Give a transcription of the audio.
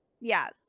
Yes